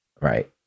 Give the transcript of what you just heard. right